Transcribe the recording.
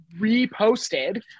reposted